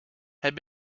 had